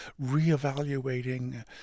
reevaluating